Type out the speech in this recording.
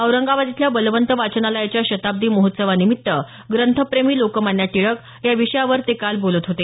औरंगाबाद इथल्या बलवंत वाचनालयाच्या शताब्दी महोत्सवा निमित्त ग्रंथप्रेमी लोकमान्य टिळक या विषयावर ते काल बोलत होते